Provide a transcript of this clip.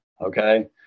okay